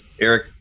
Eric